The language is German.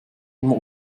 immer